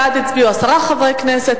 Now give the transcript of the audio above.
בעד הצביעו עשרה חברי כנסת,